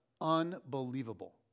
unbelievable